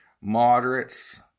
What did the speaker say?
Moderates